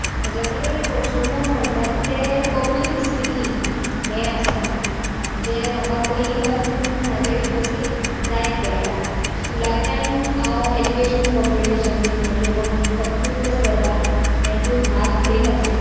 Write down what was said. म्हाज्या कडेन कौशल्य म्हणटा ते पब्लिक स्पिकींग हें आसा जे म्हाका पयलीं पासून म्हाजे विकसित जायत गेलां स्कुलाच्यान हांव ऐलोक्युशन काँपटिशन म्हणजे वक्तृत्व स्पर्धा हेतुन भाग घेत आसले